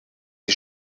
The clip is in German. die